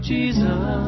Jesus